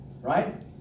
right